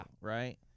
Right